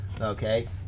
okay